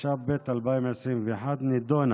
התשפ"ב 2021, נדונה